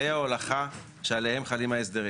מקטעי ההולכה שעליהם חלים ההסדרים.